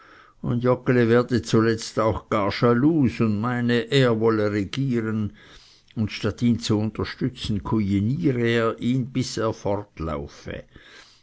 und joggeli werde zuletzt noch gar schalus und meine er wolle regieren und statt ihn zu unterstützen kujiniere er ihn bis er fortlaufe